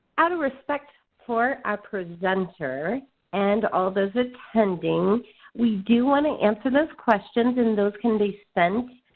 out of respect for our presenter and all those attending we do want to answer those questions and those can be sent